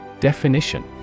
Definition